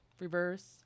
reverse